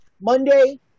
Monday